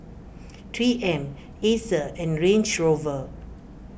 three M Acer and Range Rover